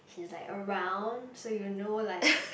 he's like around so you know like